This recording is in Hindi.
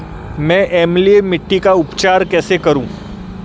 मैं अम्लीय मिट्टी का उपचार कैसे करूं?